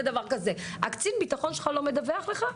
דבר כזה קצין הביטחון שלך לא מדווח לך?